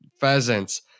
pheasants